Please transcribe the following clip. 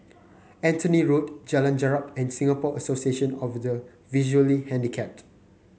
Anthony Road Jalan Jarak and Singapore Association of the Visually Handicapped